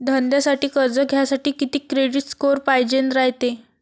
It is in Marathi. धंद्यासाठी कर्ज घ्यासाठी कितीक क्रेडिट स्कोर पायजेन रायते?